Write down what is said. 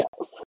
Yes